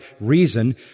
reason